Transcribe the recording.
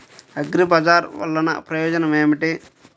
అగ్రిబజార్ వల్లన ప్రయోజనం ఏమిటీ?